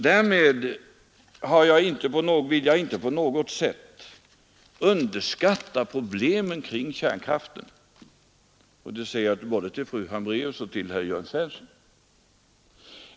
Därmed vill jag inte på något sätt underskatta problemen kring kärnkraften. Det säger jag både till fru Hambraeus och till herr Svensson i Malmö.